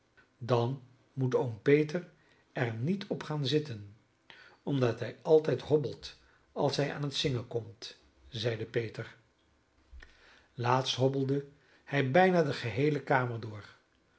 dan moet oom peter er niet op gaan zitten omdat hij altijd hobbelt als hij aan het zingen komt zeide peter laatst hobbelde hij bijna de geheele kamer door